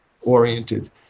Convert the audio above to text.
oriented